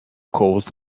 caused